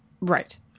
Right